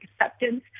acceptance